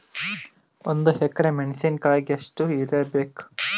ಒಂದ್ ಎಕರಿ ಮೆಣಸಿಕಾಯಿಗಿ ಎಷ್ಟ ಯೂರಿಯಬೇಕು?